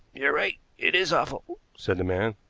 you're right, it is awful, said the man.